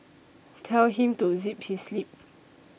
tell him to zip his lip